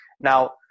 Now